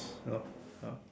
you know ya